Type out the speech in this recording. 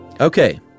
Okay